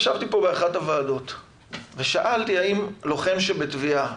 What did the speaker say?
ישבתי פה באחת הוועדות ושאלתי האם לוחם בתביעה,